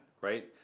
right